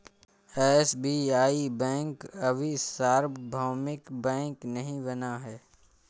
SBI bank अभी सार्वभौमिक bank नहीं बना है